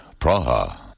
Praha